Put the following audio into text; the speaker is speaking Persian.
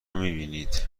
میبینید